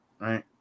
right